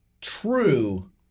true